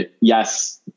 yes